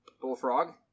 Bullfrog